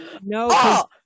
no